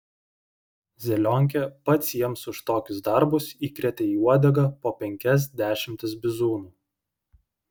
zelionkė pats jiems už tokius darbus įkrėtė į uodegą po penkias dešimtis bizūnų